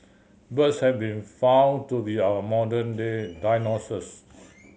birds have been found to be our modern day dinosaurs